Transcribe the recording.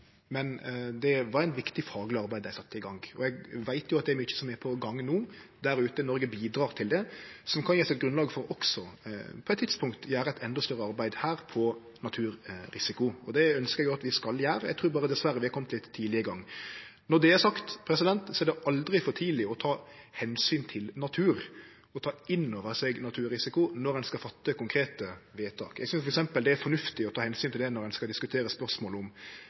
viktig fagleg arbeid dei sette i gang. Eg veit at det er mykje som no er på gang der ute – Noreg bidreg til det – som kan gje oss eit grunnlag, på eit tidspunkt, for å gjere eit endå større arbeid her på naturrisiko. Det ønskjer eg at vi skal gjere. Eg trur berre vi dessverre er komne litt tidleg i gang. Når det er sagt, er det aldri for tidleg å ta omsyn til natur, å ta inn over seg naturrisiko når ein skal fatte konkrete vedtak. Eg synest f.eks. det er fornuftig å ta omsyn til det når ein skal diskutere spørsmål om